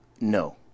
No